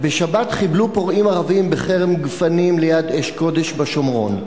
חיבלו פורעים ערבים בכרם גפנים ליד אש-קודש בשומרון,